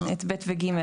את (ב) ו-(ג).